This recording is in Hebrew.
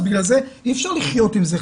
בגלל זה אי אפשר לחיות עם זה,